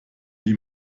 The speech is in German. wie